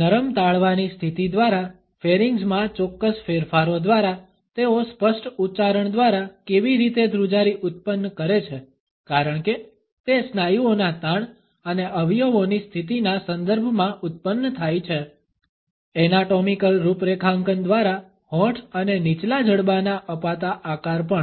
નરમ તાળવાની સ્થિતિ દ્વારા ફેરીંગ્સ માં ચોક્કસ ફેરફારો દ્વારા તેઓ સ્પષ્ટ ઉચ્ચારણ દ્વારા કેવી રીતે ધ્રુજારી ઉત્પન્ન કરે છે કારણ કે તે સ્નાયુઓના તાણ અને અવયવોની સ્થિતિના સંદર્ભમાં ઉત્પન્ન થાય છે એનાટોમિકલ રૂપરેખાંકન દ્વારા હોઠ અને નીચલા જડબાના અપાતા આકાર પણ